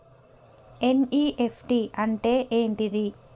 NEFT అంటే ఏంటిది?